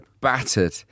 battered